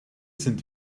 sind